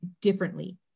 differently